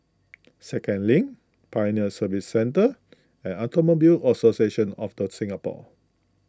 Second Link Pioneer Service Centre and Automobile Association of the Singapore